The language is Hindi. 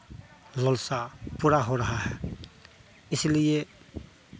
लालसा पूरा हो रहा है इसलिए